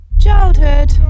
Childhood